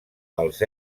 els